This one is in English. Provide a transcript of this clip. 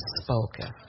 spoken